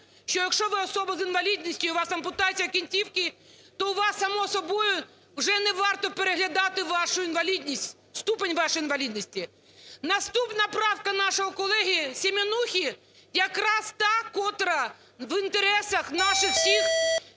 що якщо ви особа з інвалідністю і у вас ампутація кінцівки, то у вас само собою вже не варто переглядати вашу інвалідність, ступіть вашої інвалідності. Наступна правка нашого колеги Семенухи, якраз та, котра в інтересах наших всіх